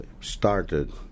started